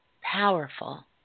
powerful